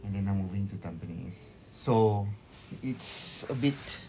and then now moving to tampines so it's a bit